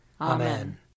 Amen